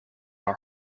our